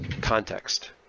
context